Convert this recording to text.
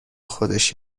خودش